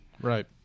Right